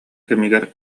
кэмигэр